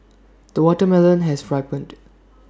the watermelon has ripened